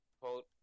Quote